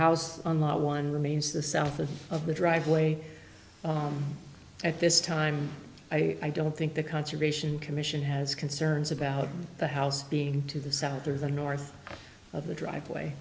house on lot one remains the south of of the driveway at this time i don't think the conservation commission has concerns about the house being to the south or the north of the driveway